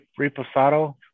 reposado